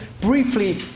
briefly